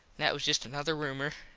that was just another roomor.